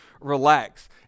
relax